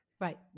right